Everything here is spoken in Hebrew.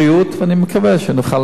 ואני מקווה שנוכל להעביר.